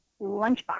lunchbox